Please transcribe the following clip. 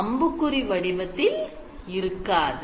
அம்புக்குறி வடிவத்தில் இருக்காது